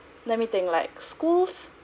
let me think like schools